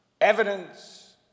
evidence –